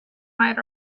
might